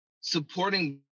supporting